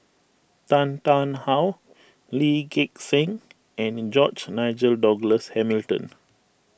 Tan Tarn How Lee Gek Seng and George Nigel Douglas Hamilton